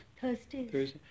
Thursdays